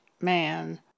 man